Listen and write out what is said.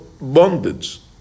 bondage